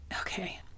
okay